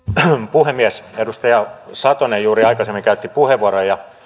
puhemies edustaja satonen juuri aikaisemmin käytti puheenvuoron ja